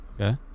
Okay